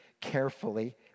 carefully